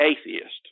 atheist